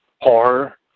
horror